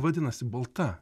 vadinasi balta